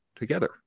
Together